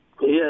Yes